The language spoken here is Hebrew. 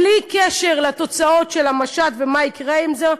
בלי קשר לתוצאות של המשט ומה יקרה עם זה,